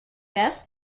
best